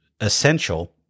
essential